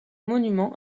monument